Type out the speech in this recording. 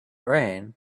rain